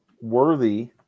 Worthy